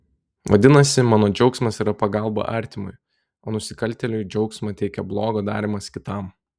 vadinasi mano džiaugsmas yra pagalba artimui o nusikaltėliui džiaugsmą teikia blogo darymas kitam